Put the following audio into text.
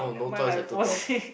eh never mind like forcing